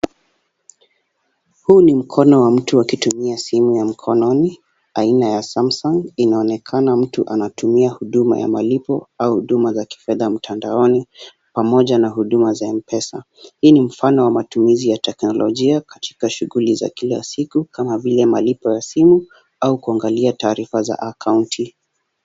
Huu ni mkono wa mtu akitumia simu ya mkononi aina ya Samsung . Inaonekana mtu anatumia huduma ya malipo au huduma za kifedha mtandaoni pamoja na huduma za Mpesa. Hii ni mfano wa matumizi ya teknolojia katika shughuli za kila siku kama vile malipo ya simu au kuangalia taarifa za akaunti.